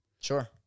Sure